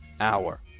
hour